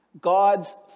God's